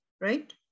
right